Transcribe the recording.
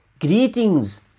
greetings